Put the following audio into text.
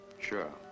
Sure